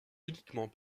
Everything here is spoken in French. uniquement